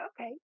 okay